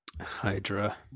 Hydra